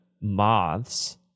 moths